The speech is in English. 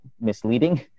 misleading